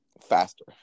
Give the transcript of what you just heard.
faster